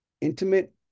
intimate